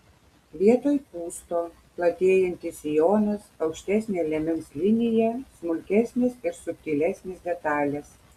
vietoj pūsto platėjantis sijonas aukštesnė liemens linija smulkesnės ir subtilesnės detalės